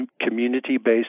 Community-Based